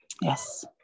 Yes